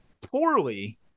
poorly